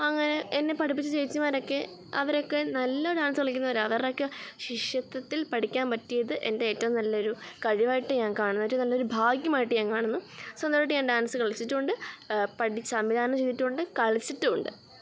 അങ്ങനെ എന്നെ പഠിപ്പിച്ച ചേച്ചിമാരൊക്കെ അവരൊക്കെ നല്ല ഡാൻസ് കളിക്കുന്നവരാണ് അവരുടെയൊക്കെ ശിഷ്യത്വത്തിൽ പഠിക്കാൻ പറ്റിയത് എൻ്റെ ഏറ്റവും നല്ലൊരു കഴിവായിട്ട് ഞാൻ കാണുന്നു ഒരു നല്ലൊരു ഭാഗ്യമായിട്ട് ഞാൻ കാണുന്നു സ്വന്തമായിട്ട് ഞാൻ ഡാൻസ് കളിച്ചിട്ടുമുണ്ട് പഠിച്ച് സംവിധാനം ചെയ്തിട്ടുമുണ്ട് കളിച്ചിട്ടുമുണ്ട്